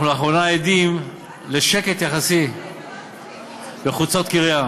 אנחנו לאחרונה עדים לשקט יחסי בחוצות קריה.